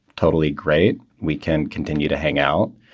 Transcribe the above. totally great. we can continue to hang out.